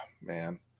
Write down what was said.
man